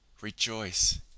Rejoice